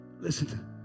Listen